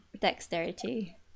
dexterity